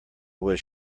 was